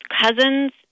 cousins